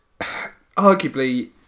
arguably